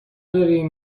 داریم